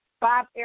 Bob